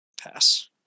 Pass